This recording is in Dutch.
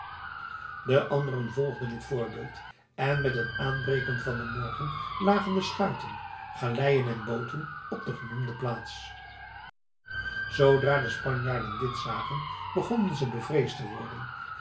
de anderen volgden dit voorbeeld en met het aanbreken van den morgen lagen de schuiten galeien en booten op de genoemde plaats zoodra de spanjaarden dit zagen begonnen ze bevreesd te worden